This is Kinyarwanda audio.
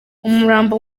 umurambo